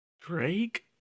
drake